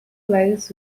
lies